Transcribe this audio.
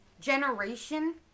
generation